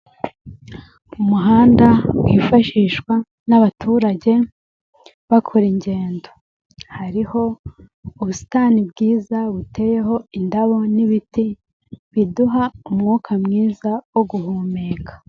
Umuhanda wifashishwa n'abaturage bakora ingendo, hariho ubusitani bwiza buteyeho indabo n'ibiti biduha umwuka mwiza wo guhumeka.